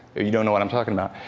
you don't know what i'm talking about?